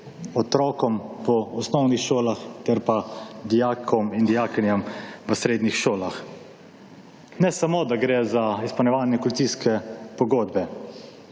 otrokom po osnovnih šolah ter pa dijakom in dijakinjam v srednjih šolah. Ne samo, da gre za izpolnjevanje koalicijske pogodbe.